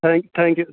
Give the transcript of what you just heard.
thank thank you